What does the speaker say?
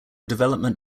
development